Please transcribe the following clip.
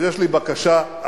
אז יש לי בקשה אחת